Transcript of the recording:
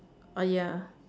ah ya